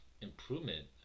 improvement